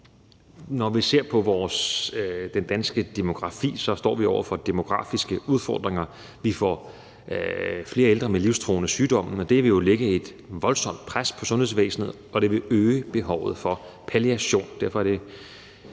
Når vi ser på den danske demografi, så står vi over for demografiske udfordringer. Vi får flere ældre med livstruende sygdomme, og det vil jo lægge et voldsomt pres på sundhedsvæsenet, og det vil øge behovet for palliation.